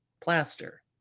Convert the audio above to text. plaster